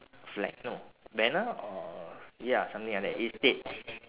flag no banner or ya something like that it states